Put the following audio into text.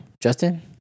Justin